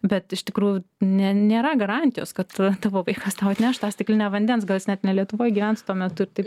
bet iš tikrųjų nė nėra garantijos kad tavo vaikas tau atneš tą stiklinę vandens gal jis net ne lietuvoj gyvens tuo metu ir taip